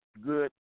good